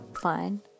fine